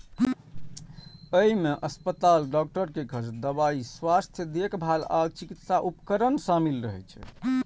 अय मे अस्पताल, डॉक्टर के खर्च, दवाइ, स्वास्थ्य देखभाल आ चिकित्सा उपकरण शामिल रहै छै